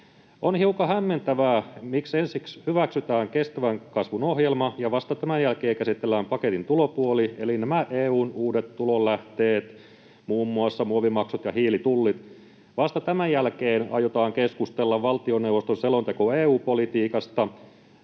On hiukan hämmentävää, miksi ensiksi hyväksytään kestävän kasvun ohjelma ja vasta tämän jälkeen käsitellään paketin tulopuoli eli nämä EU:n uudet tulonlähteet, muun muassa muovimaksut ja hiilitullit. Vasta tämän jälkeen aiotaan keskustella valtioneuvoston selonteosta EU-politiikasta.